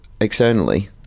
externally